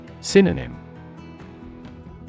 Synonym